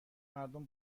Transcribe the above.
مردم